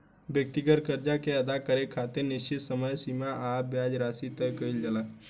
व्यक्तिगत कर्जा के अदा करे खातिर निश्चित समय सीमा आ ब्याज राशि तय कईल जाला